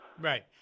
Right